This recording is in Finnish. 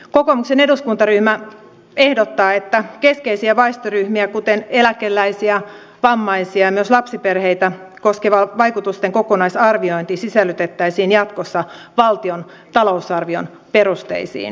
kokoomuksen eduskuntaryhmä ehdottaa että keskeisiä väestöryhmiä kuten eläkeläisiä vammaisia ja myös lapsiperheitä koskeva vaikutusten kokonaisarviointi sisällytettäisiin jatkossa valtion talousarvion yleisperusteluihin